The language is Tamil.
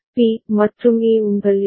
பி மற்றும் ஏ உங்கள் எல்